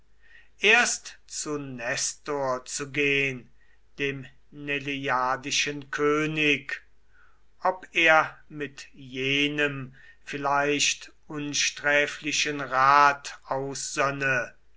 erst zu nestor zu gehn dem neleiadischen könig ob er mit jenem vielleicht unsträflichen rat aussönne